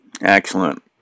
Excellent